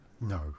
No